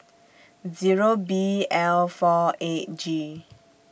Zero B L four eight G